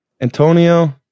Antonio